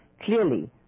Clearly